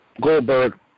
Goldberg